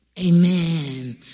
Amen